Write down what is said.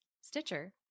Stitcher